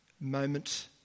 moment